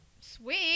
Sweet